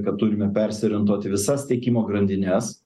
kad turime persiorientuoti visas tiekimo grandines